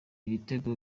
ibitego